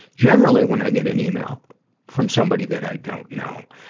generally, when i get an yeah e-mail from somebody that i don't know,